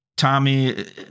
Tommy